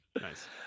Nice